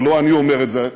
ולא אני אומר את זה,